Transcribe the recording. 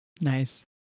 Nice